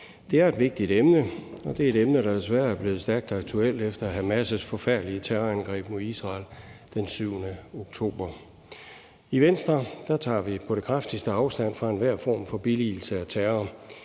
Det er et vigtigt emne, og det er et emne, der desværre er blevet stærkt aktuelt efter Hamas' forfærdelige terrorangreb mod Israel den 7. oktober. I Venstre tager vi på det kraftigste afstand fra enhver form for billigelse af terror.